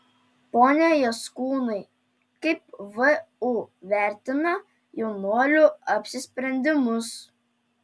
pone jaskūnai kaip vu vertina jaunuolių apsisprendimus